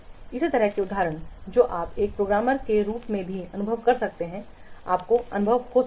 इसी तरह के उदाहरण तो आप एक प्रोग्रामर के रूप में भी अनुभव कर सकते हैं आपको अनुभव हो सकता है